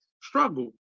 struggle